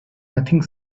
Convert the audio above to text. nothing